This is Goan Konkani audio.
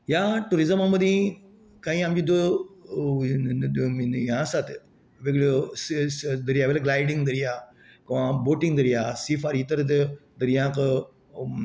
ह्या टुरिजमां मदी कांय आमच्यो ज्यो हे आसात वेगळ्यो दर्यायावयल्यो ग्लायडींग धरयां किंवां बोटिंग धरयां सी फॉर इतर दर्याक